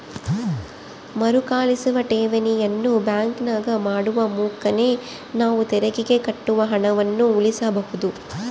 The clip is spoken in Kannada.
ಮರುಕಳಿಸುವ ಠೇವಣಿಯನ್ನು ಬ್ಯಾಂಕಿನಾಗ ಮಾಡುವ ಮುಖೇನ ನಾವು ತೆರಿಗೆಗೆ ಕಟ್ಟುವ ಹಣವನ್ನು ಉಳಿಸಬಹುದು